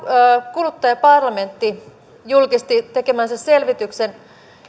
kuluttajaparlamentti julkisti tekemänsä selvityksen